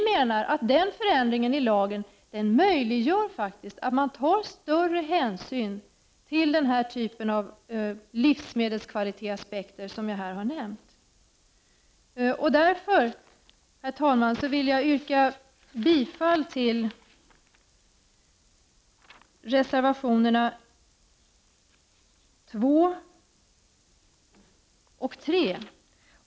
Den förändringen i lagen möjliggör att större hänsyn tas till den typ av livsmedelskvalitetsaspekter som jag har nämnt. Därför, herr talman, vill jag yrka bifall till reservationerna 2 och 3.